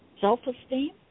self-esteem